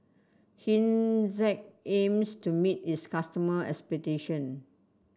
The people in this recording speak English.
hygin Z aims to meet its customer expectation